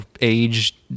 age